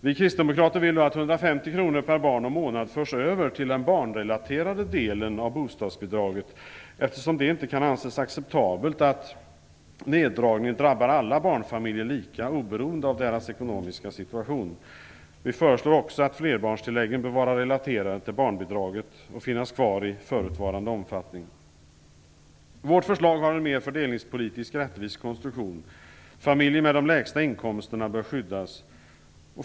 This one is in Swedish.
Vi kristdemokrater vill att 150 kr per barn och månad förs över till den barnrelaterade delen av bostadsbidraget, eftersom det inte kan anses acceptabelt att neddragningen drabbar barnfamiljer lika oberoende av deras ekonomiska situation. Vi föreslår också att flerbarnstilläggen bör vara relaterade till barnbidraget och finnas kvar i förutvarande omfattning. Vårt förslag har en mer fördelningspolitiskt rättvis konstruktion. Familjer med de lägsta inkomsterna bör skyddas.